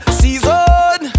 season